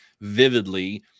vividly